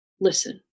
listen